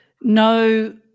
No